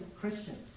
Christians